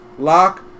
Lock